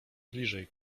bliżej